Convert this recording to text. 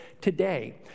today